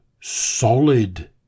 solid